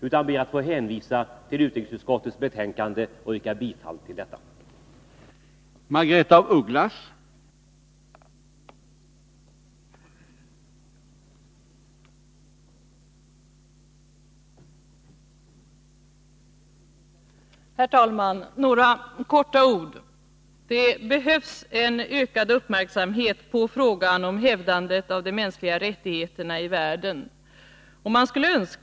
Med hänvisning till utrikesutskottets betänkande yrkar jag bifall till hemställan i detsamma.